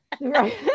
Right